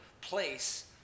place